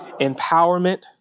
empowerment